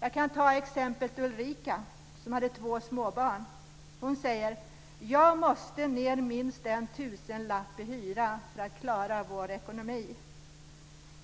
Jag kan ta exemplet Ulrika som har två småbarn. Hon säger: Jag måste ned minst en tusenlapp i hyra för att klara vår ekonomi.